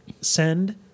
send